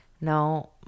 No